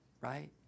Right